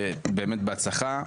באמת בהצלחה.